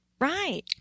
Right